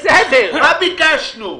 מה ביקשנו?